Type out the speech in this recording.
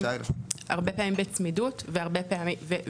הרבה פעמים, הרבה פעמים בצמידות.